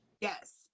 Yes